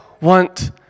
want